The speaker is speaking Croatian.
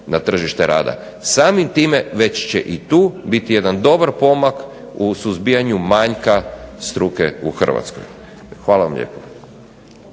na tržište rada. Samim time već će i tu biti jedan dobar pomak u suzbijanju manjka struke u Hrvatskoj. Hvala vam lijepo.